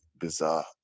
bizarre